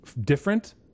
different